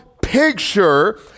picture